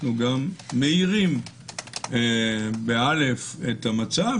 אנחנו גם מאירים את המצב,